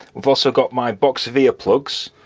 we've also got my box of ear plugs,